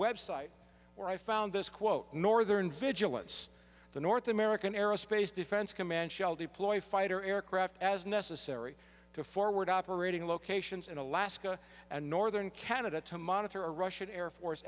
website where i found this quote northern vigilance the north american aerospace defense command shell deployed fighter aircraft as necessary to forward operating locations in alaska and northern canada to monitor a russian air force